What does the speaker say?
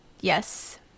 Yes